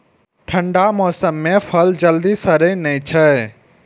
ठंढा मौसम मे फल जल्दी सड़ै नै छै